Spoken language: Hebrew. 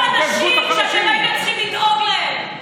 איפה הנשים שעכשיו הייתם צריכים לדאוג להן?